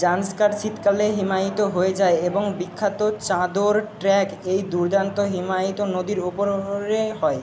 জান্সকার শীতকালে হিমায়িত হয়ে যায় এবং বিখ্যাত চাদর ট্র্যাক এই দুর্দান্ত হিমায়িত নদীর ওপরে হয়